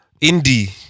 Indie